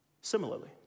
Similarly